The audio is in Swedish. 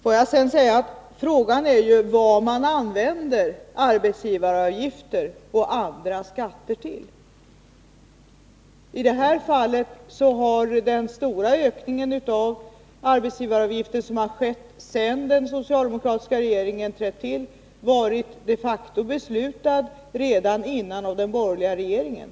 Frågan är vad man använder arbetsgivaravgifter och andra skatter till. I det här fallet har den stora ökningen av arbetsgivaravgifter som har skett sedan den socialdemokratiska regeringen tillträdde varit de facto beslutad redan tidigare av den borgerliga regeringen.